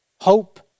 hope